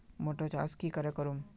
Motor चास की करे करूम?